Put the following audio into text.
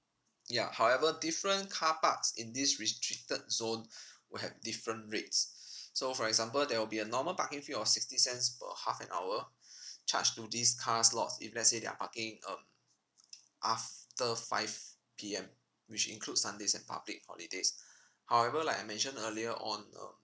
ya however different car parks in this restricted zone will have different rates so for example there will be a normal parking fee of sixty cents per half an hour charged to these cars lots if let's say they're parking um after five P_M which includes sundays and public holidays however like I mentioned earlier on um